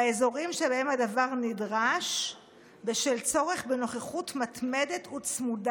באזורים שבהם הדבר נדרש בשל צורך בנוכחות מתמדת וצמודה